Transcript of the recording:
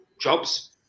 jobs